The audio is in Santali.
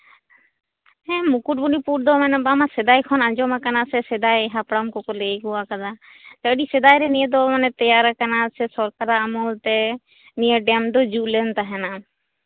ᱦᱮᱸ ᱢᱩᱠᱩᱢᱚᱱᱤᱯᱩᱨ ᱫᱚ ᱥᱮᱫᱟᱭ ᱠᱷᱚᱱ ᱟᱸᱡᱚᱢ ᱟᱠᱟᱱᱟ ᱥᱮ ᱥᱮᱫᱟᱭ ᱦᱟᱯᱲᱟᱢ ᱠᱚᱠᱚ ᱞᱟᱹᱭ ᱟᱹᱜᱩ ᱠᱟᱫᱟ ᱟᱹᱰᱤ ᱥᱮᱫᱟᱭᱨᱮ ᱱᱤᱭᱟᱹ ᱫᱚ ᱛᱮᱭᱟᱨ ᱟᱠᱟᱱᱟ ᱥᱚᱨᱠᱟᱨᱟᱜ ᱟᱢᱚᱞᱛᱮ ᱱᱤᱭᱟᱹ ᱰᱮᱢ ᱫᱚ ᱡᱩᱛ ᱞᱮᱱ ᱛᱟᱦᱮᱸᱜᱼᱟ